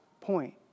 point